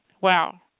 Wow